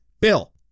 Bill